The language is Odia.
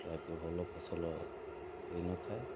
ଏହା କି ଭଲ ଫସଲ ହୋଇନଥାଏ